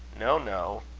no, no.